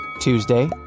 Tuesday